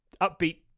upbeat